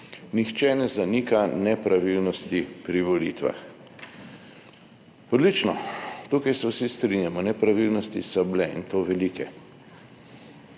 nihče ne zanika nepravilnosti pri volitvah. Odlično, tukaj se vsi strinjamo, nepravilnosti so bile in to velik.